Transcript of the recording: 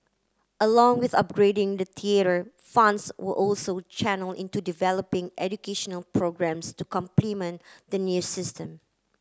along with upgrading the theatre funds were also channelled into developing educational programmes to complement the new system